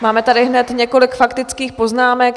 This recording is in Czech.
Máme tady hned několik faktických poznámek.